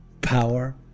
power